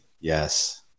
yes